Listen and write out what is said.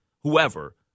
whoever